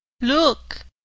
Look